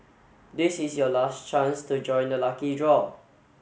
this is your last chance to join the lucky draw